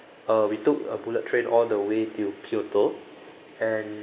uh we took a bullet train all the way till kyoto and